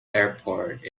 airport